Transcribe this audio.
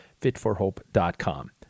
fitforhope.com